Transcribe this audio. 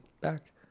back